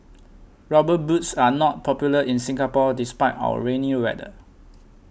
rubber boots are not popular in Singapore despite our rainy weather